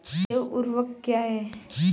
जैव ऊर्वक क्या है?